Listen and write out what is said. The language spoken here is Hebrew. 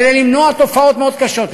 כדי למנוע תופעות מאוד קשות.